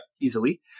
easily